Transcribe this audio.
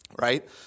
right